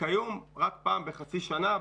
כיום רק פעם בחצי שנה.